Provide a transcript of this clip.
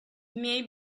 may